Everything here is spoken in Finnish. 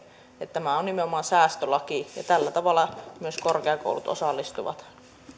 tämä on on nimenomaan säästölaki ja tällä tavalla myös korkeakoulut osallistuvat